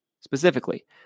specifically